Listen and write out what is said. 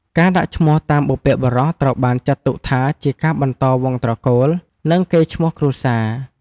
ការដាក់ឈ្មោះតាមបុព្វបុរសត្រូវបានចាត់ទុកថា ជាការបន្តវង្សត្រកូល និងកេរ្តិ៍ឈ្មោះគ្រួសារ។